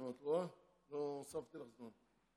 נו, את רואה, הוספתי לך זמן.